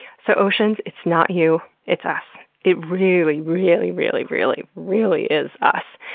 so oceans, it's not you, it's us. it really, really, really, really, really is us.